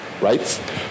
right